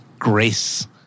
grace